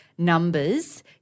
numbers